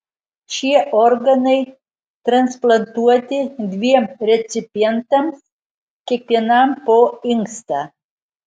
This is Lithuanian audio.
šie organai transplantuoti dviem recipientams kiekvienam po inkstą